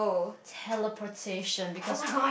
teleportation because